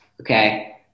Okay